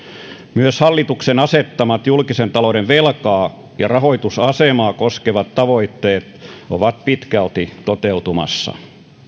myös hallituksen asettamat julkisen talouden velkaa ja rahoitusasemaa koskevat tavoitteet ovat pitkälti toteutumassa